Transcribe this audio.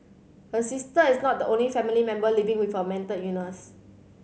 her sister is not the only family member living with a mental illness